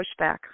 pushback